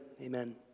amen